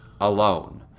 alone